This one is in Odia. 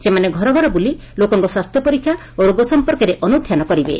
ସେମାନେ ଘର ଘର ବୁଲି ଲୋକଙ୍ଙ ସ୍ୱାସ୍ଥ୍ୟ ପରୀକ୍ଷା ଓ ରୋଗ ସମ୍ପର୍କରେ ଅନ୍ଧାନ କରିବେ